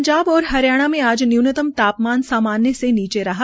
पंजाब और हरियाणा में आज न्यूनतम तापमान सामान्य से नीचे रहा